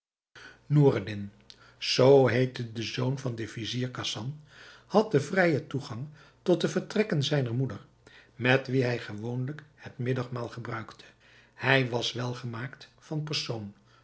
de zoon van den vizier khasan had den vrijen toegang tot de vertrekken zijner moeder met wie hij gewoonlijk het middagmaal gebruikte hij was welgemaakt van persoon